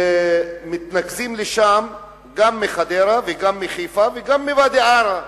שמתנקזים לשם גם מחדרה וגם מחיפה וגם מוואדי-עארה.